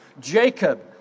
Jacob